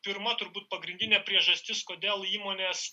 pirma turbūt pagrindinė priežastis kodėl įmonės